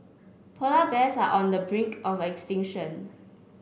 polar bears are on the brink of extinction